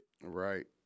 Right